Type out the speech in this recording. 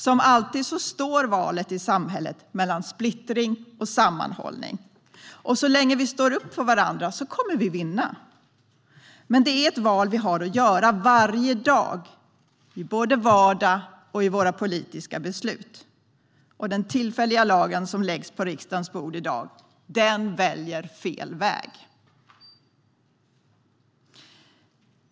Som alltid står valet i samhället mellan splittring och sammanhållning. Så länge vi står upp för varandra kommer vi att vinna. Det är ett val vi har att göra, varje dag, i både vardag och våra politiska beslut. Den tillfälliga lag som läggs på riksdagens bord i dag väljer fel väg.